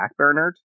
backburnered